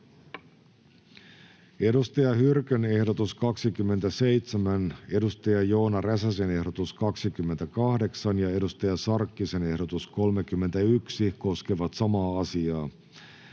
Saara Hyrkön ehdotus 27, Joona Räsäsen ehdotus 28 ja Hanna Sarkkisen ehdotus 31 koskevat samaa asiaa,